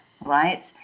right